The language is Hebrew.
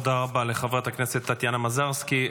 תודה רבה לחברת הכנסת טטיאנה מזרסקי.